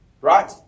right